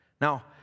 Now